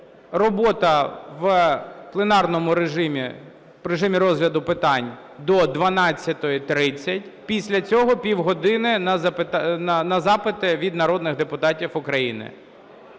робота в пленарному режимі, режимі розгляду питань до 12:30, після цього півгодини на запити від народних депутатів України.